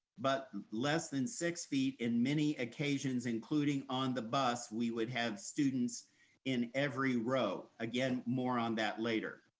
but less than six feet in many occasions including on the bus we would have students in every row. again, more on that later.